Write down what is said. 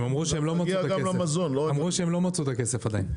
הם אמרו שהם לא מצאו את הכסף עדיין.